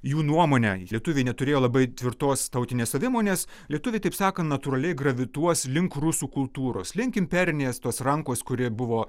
jų nuomone lietuviai neturėjo labai tvirtos tautinės savimonės lietuviai taip sakant natūraliai gravituos link rusų kultūros link imperinės tos rankos kuri buvo